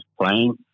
playing